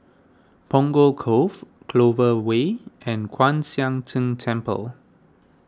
Punggol Cove Clover Way and Kwan Siang Tng Temple